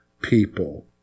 people